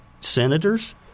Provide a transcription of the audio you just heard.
senators